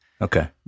Okay